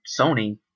Sony